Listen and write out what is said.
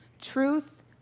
truth